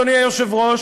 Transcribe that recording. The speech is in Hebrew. אדוני היושב-ראש,